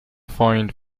find